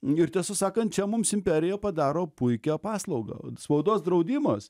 ir tiesą sakant čia mums imperija padaro puikią paslaugą spaudos draudimas